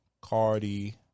cardi